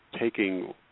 taking